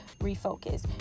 refocus